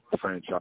franchise